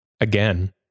Again